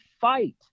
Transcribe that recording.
fight